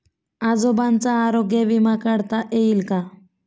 आजोबांचा आरोग्य विमा काढता येईल का?